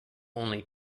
only